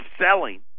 selling